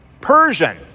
Persian